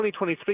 2023